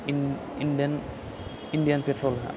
Indane पेट्रलआ